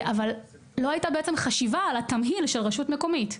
לא הייתה חשיבה על התמהיל של רשות מקומית.